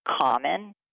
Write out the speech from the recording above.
common